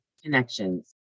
Connections